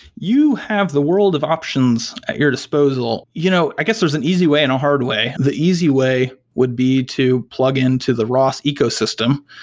you have the world of options at your disposal. you know i guess there's an easy way and a hard way. the easy way would be to plug into the ros ecosystem.